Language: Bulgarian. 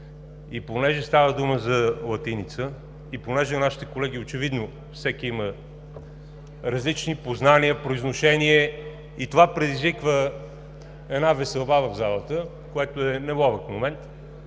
и понеже става дума за латиница и всеки от нашите колеги очевидно има различни познания, произношение и това предизвиква една веселба в залата, което е неловък момент,